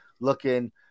looking